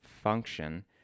function